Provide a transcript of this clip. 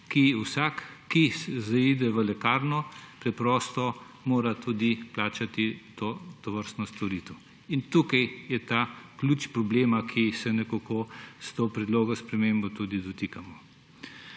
jo vsak, ki zaide v lekarno, preprosto mora tudi plačati tovrstno storitev. In tukaj je ta ključ problema, ki se ga nekako s to predlogo sprememb tudi dotikamo.